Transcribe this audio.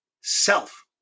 self